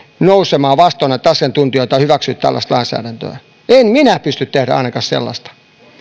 nousemaan vastoin näitä asiantuntijoita ja hyväksyä tällaista lainsäädäntöä en minä pysty tekemään ainakaan sellaista